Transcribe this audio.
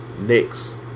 next